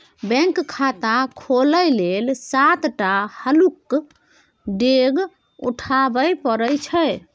bank खाता खोलय लेल सात टा हल्लुक डेग उठाबे परय छै